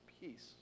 peace